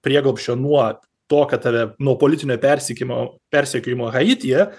prieglobsčio nuo to kad tave nuo politinio persekiojimo persekiojimo haityje